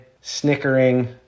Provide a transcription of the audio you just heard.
snickering